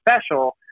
special